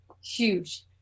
huge